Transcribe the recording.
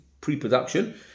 pre-production